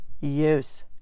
use